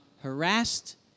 harassed